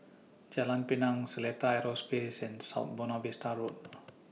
Jalan Pinang Seletar Aerospace and South Buona Vista Road